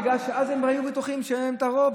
בגלל שאז הם היו בטוחים שהן תבואנה.